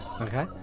Okay